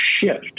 shift